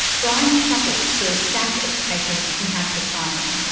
brian shuffles through a stack of papers he has beside him.